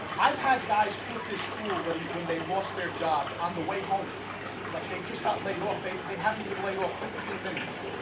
i've had guys quit this school when when they lost their job on the way home like they just got laid off they they haven't been laid off fifteen minutes,